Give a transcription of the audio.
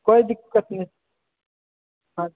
कोइ दिक्कत नहि हँ